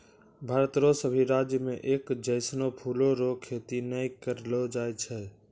भारत रो सभी राज्य मे एक जैसनो फूलो रो खेती नै करलो जाय छै